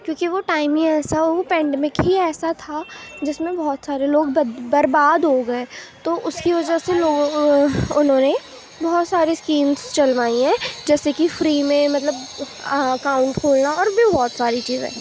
کیونکہ وہ ٹائم ہی ایسا وہ پینڈمک ہی ایسا تھا جس میں بہت سارے لوگ برباد ہو گئے تو اس کی وجہ سے انہوں نے بہت ساری اسکیمس چلوائی ہیں جیسے کہ فری میں مطلب اکاؤنٹ کھولنا اور بھی بہت ساری چیزیں